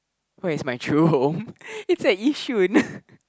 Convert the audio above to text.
where is my true home it's at Yishun